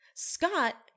Scott